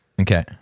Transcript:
Okay